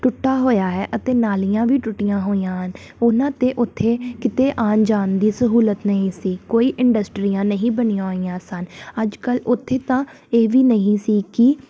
ਟੁੱਟਾ ਹੋਇਆ ਹੈ ਅਤੇ ਨਾਲੀਆਂ ਵੀ ਟੁੱਟੀਆਂ ਹੋਈਆਂ ਹਨ ਉਹਨਾਂ 'ਤੇ ਉੱਥੇ ਕਿਤੇ ਆਉਣ ਜਾਣ ਦੀ ਸਹੂਲਤ ਨਹੀਂ ਸੀ ਕੋਈ ਇੰਡਸਟਰੀਆਂ ਨਹੀਂ ਬਣੀਆਂ ਹੋਈਆਂ ਸਨ ਅੱਜ ਕੱਲ ਉੱਥੇ ਤਾਂ ਇਹ ਵੀ ਨਹੀਂ ਸੀ ਕਿ